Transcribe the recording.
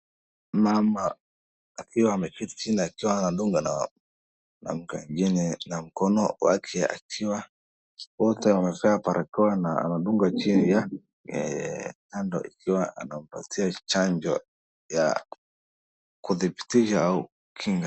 Mama akiwa ameketi chini akiwa anadungwa na mwanamke mwingine na mkono akiwa wote wamevaa barakoa na wanadungwa kwa ajili ya kando akiwa anangojea chanjo ya kudhibitisha au kinga.